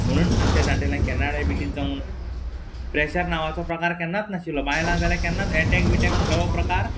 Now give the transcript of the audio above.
म्हुणूण आमच्या जाण्टेल्यांक केन्ना डायबिटीज जावंक ना प्रॅशर नांवाचो प्रकार केन्नाच नाशिल्लो बायलांक जाल्या केन्नाच एटॅक बिटॅक म्हणटा वो प्रकार